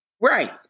Right